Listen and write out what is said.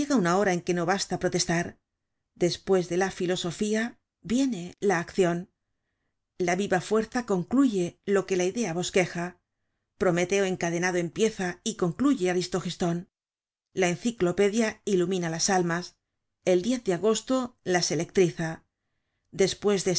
una hora en que no basta protestar despues de la filosofía viene la accion la viva fuerza concluye lo que la idea bosqueja prometeo encadenado empieza y concluye aristogiston la enciclopedia ilumina las almas el de agosto las electriza despues de